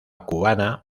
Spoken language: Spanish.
cubana